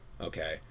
Okay